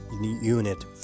unit